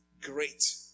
great